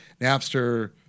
napster